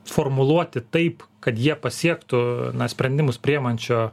formuluoti taip kad jie pasiektų na sprendimus priimančio